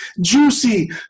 juicy